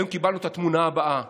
היום קיבלנו את התמונה הבאה